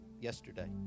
yesterday